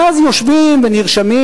ואז יושבים, ונרשמים.